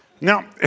Now